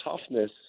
toughness